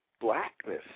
blackness